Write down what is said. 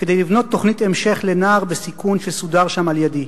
כדי לבנות תוכנית המשך לנער בסיכון שסודר שם על-ידי.